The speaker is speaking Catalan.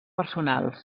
personals